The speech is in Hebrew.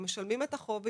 הם משלמים את החוב ויוצאים.